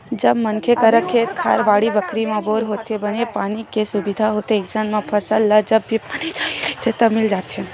जब मनखे करा खेत खार, बाड़ी बखरी म बोर होथे, बने पानी के सुबिधा होथे अइसन म फसल ल जब भी पानी चाही रहिथे त मिल जाथे